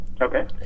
Okay